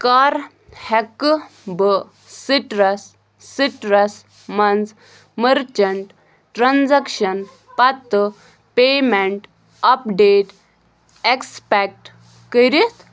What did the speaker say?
کَر ہٮ۪کہٕ بہٕ سِٹرس سِٹرس منٛز مرچنٛٹ ٹرٛانزیکشن پتہٕ پیمٮ۪نٛٹ اَپڈیٹ ایکٕسپٮ۪کٹ کٔرِتھ